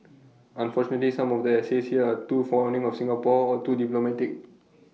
unfortunately some of the essays here are too fawning of Singapore or too diplomatic